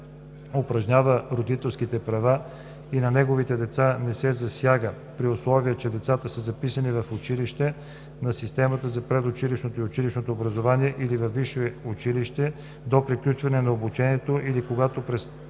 упражнява родителските права, и на неговите деца не се засяга, при условия, че децата са записани в училище от системата за предучилищното и училищното образование или във висше училище до приключване на обучението или когато